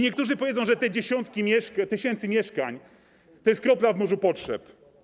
Niektórzy powiedzą, że te dziesiątki tysięcy mieszkań to jest kropla w morzu potrzeb.